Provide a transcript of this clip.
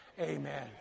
amen